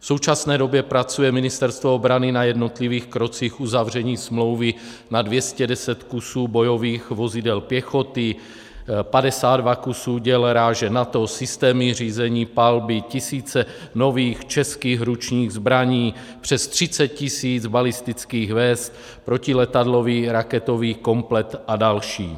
V současné době pracuje Ministerstvo obrany na jednotlivých krocích uzavření smlouvy na 210 kusů bojových vozidel pěchoty, 52 kusů děl ráže NATO, systémy řízení palby, tisíce nových českých ručních zbraní, přes 30 tisíc balistických vest, protiletadlový raketový komplet a další.